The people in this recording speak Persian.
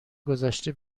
گذشته